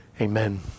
Amen